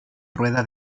rueda